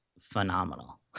phenomenal